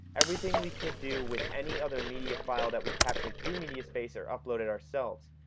everything we could do with any other media file that we captured through mediaspace or uploaded ourselves.